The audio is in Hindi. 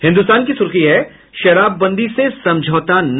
हिन्दुस्तान की सुर्खी है शराबबंदी से समझौता नहीं